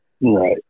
Right